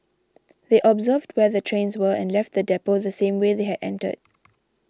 they observed where the trains were and left the depot the same way they had entered